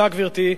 גברתי,